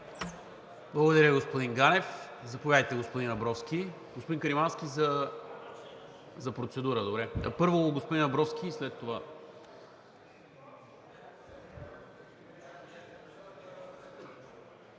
Благодаря, господин Ганев. Заповядайте, господин Абровски. Господин Каримански за процедура, добре. Първо, господин Абровски.